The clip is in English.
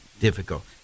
difficult